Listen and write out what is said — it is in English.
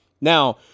Now